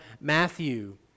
Matthew